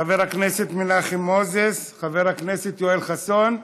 חבר הכנסת מנחם מוזס, חבר הכנסת יואל חסון,